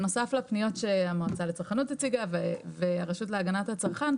בנוסף לפניות שהמועצה לצרכנות והרשות להגנת הצרכן הציגו,